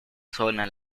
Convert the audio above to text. zona